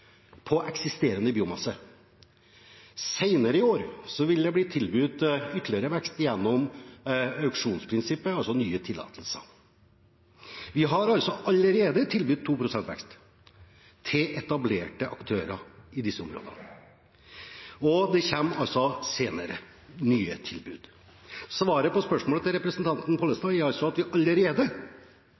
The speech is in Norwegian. år vil det bli tilbudt ytterligere vekst gjennom auksjonsprinsippet, altså nye tillatelser. Vi har allerede tilbudt 2 pst. vekst til etablerte aktører i disse områdene, og det kommer nye tilbud senere. Svaret på spørsmålet til representanten Pollestad er at vi allerede